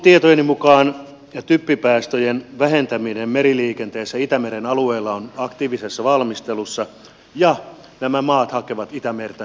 tietojeni mukaan typpipäästöjen vähentäminen meriliikenteessä itämeren alueella on aktiivisessa valmistelussa ja nämä maat hakevat itämerta erityisalueeksi